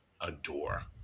adore